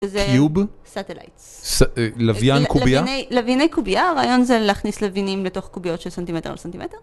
קיוב כן לוויני קוביה לוויני קוביה רעיון זה להכניס לווינים לתוך קוביות של סנטימטר על סנטימטר.